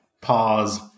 pause